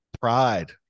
Pride